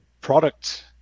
product